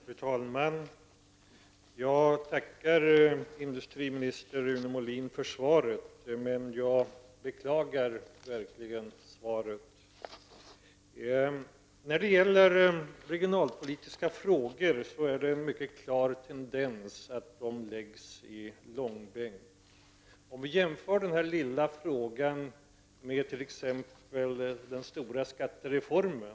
Fru talman! Jag tackar industriminister Rune Molin för svaret, men jag beklagar verkligen dess innehåll. När det gäller regionalpolitiska frågor är det en mycket klar tendens att de läggs i långbänk. Vi kan jämföra den här lilla frågan med t.ex. den stora skattereformen.